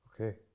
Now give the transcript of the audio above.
Okay